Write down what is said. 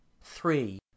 Three